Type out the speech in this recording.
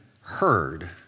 heard